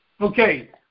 Okay